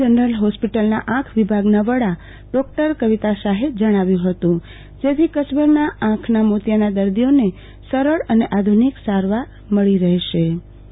general ફોસ્પિટલના આંખ વિભાગના વડા ડોક્ટર કવિતા શાહે જણાવ્યુ હતું જેથી કચ્છ ભરના આંખના મોતિયાના દર્દીઓને સરળ સારવાર મળી રહેશે આરતીબેન ભદ્દ આર